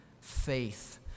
faith